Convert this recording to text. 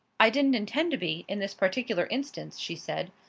i didn't intend to be, in this particular instance, she said.